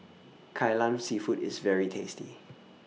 Kai Lan Seafood IS very tasty